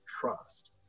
trust